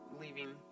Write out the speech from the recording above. leaving